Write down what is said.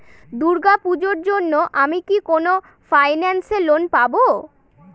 দূর্গা পূজোর জন্য আমি কি কোন ফাইন্যান্স এ লোন পাবো?